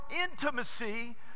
intimacy